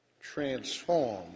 transform